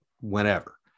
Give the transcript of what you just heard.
whenever